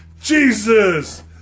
Jesus